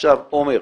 עכשיו, עומר,